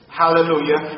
hallelujah